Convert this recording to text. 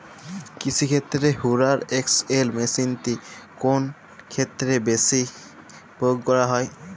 কৃষিক্ষেত্রে Hoover XL মেশিনটি কোন ক্ষেত্রে বেশি প্রয়োগ করা হয়?